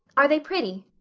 are they pretty?